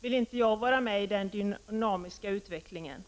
vill jag inte delta i den dynamiska utvecklingen.